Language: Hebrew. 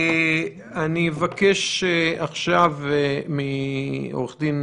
אבקש לשמוע עכשיו את עורכת-הדין